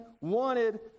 wanted